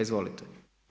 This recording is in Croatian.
Izvolite.